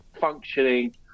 functioning –